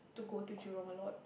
to go to Jurong a lot